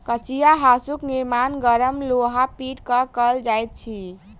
कचिया हाँसूक निर्माण गरम लोहा के पीट क कयल जाइत अछि